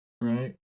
right